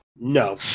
No